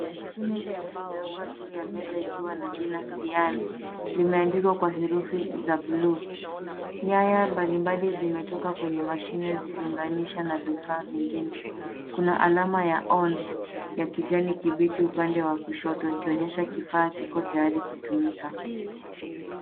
Mashine nyeupe imewekwa juu ya meza ikiwa na jina Cian, limeanndikwa kwa herufi za buluu. Nyaya mbalimbali zimetoka kwenye mashine zikiunganisha na vifaa vingine. Kuna alama ya on , ya kijani kibichi upande wa kushoto, ikionyesha kifaa kiko tayari kutumika.